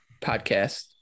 podcast